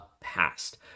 past